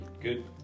Good